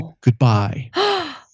goodbye